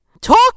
talk